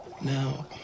Now